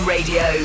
Radio